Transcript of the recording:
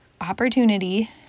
opportunity